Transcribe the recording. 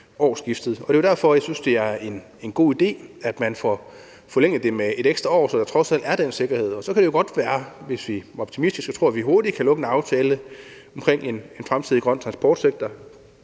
Det er jo derfor, jeg synes, det er en god idé, at man får forlænget det med et ekstra år, så der trods alt er den sikkerhed. Så kan det jo godt være, at vi – hvis vi er optimistiske – hurtigt kan lukke en aftale om en fremtidig grøn transportsektor,